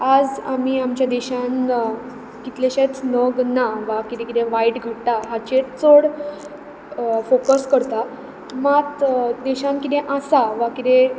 आयज आमी आमच्या देशांत कितलेशेच नग ना वा कितें कितें वायट घडटा हाचेर चड फॉकस करता मात देशांत कितें आसा वा कितें